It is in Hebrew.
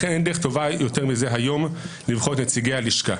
לכן אין דרך טובה יותר מזו היום לבחור את נציגי הלשכה.